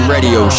Radio